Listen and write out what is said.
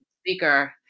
speaker